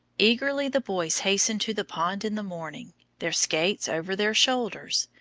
eagerly the boys hastened to the pond in the morning, their skates over their shoulders,